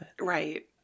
Right